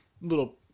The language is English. little